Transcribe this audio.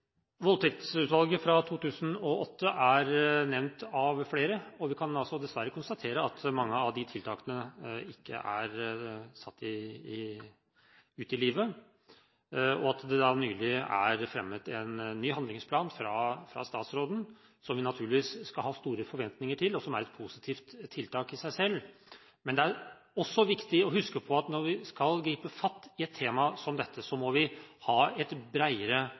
Voldtektsutvalget fra 2008 er nevnt av flere. Vi kan dessverre konstatere at mange av de tiltakene ikke er satt ut i livet, og at det nylig er fremmet en ny handlingsplan fra statsråden som vi naturligvis skal ha store forventninger til, og som er et positivt tiltak i seg selv. Men det er også viktig å huske på at når vi skal gripe fatt i et tema som dette, må vi ha et